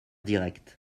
directe